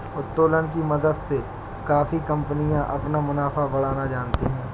उत्तोलन की मदद से काफी कंपनियां अपना मुनाफा बढ़ाना जानती हैं